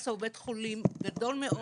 הדסה הוא בית חולים גדול מאוד.